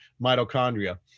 mitochondria